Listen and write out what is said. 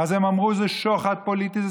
ואז הם אמרו: זה שוחד פוליטי,